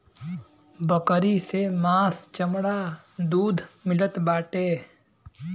बकरी से मांस चमड़ा दूध मिलत बाटे